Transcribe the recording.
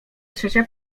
trzecia